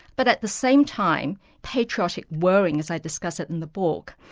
but at the same time, patriotic worrying as i discuss it in the book,